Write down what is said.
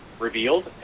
Revealed